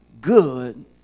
good